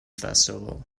festival